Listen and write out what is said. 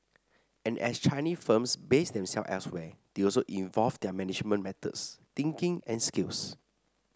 and as Chinese firms base themselves elsewhere they also evolve their management methods thinking and skills